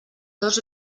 dos